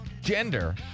Gender